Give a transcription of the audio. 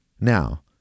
now